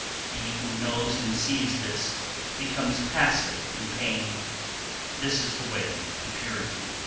he who knows and sees this becomes passive in pain this is the way to purity.